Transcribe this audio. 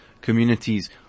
communities